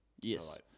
yes